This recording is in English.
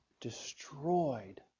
destroyed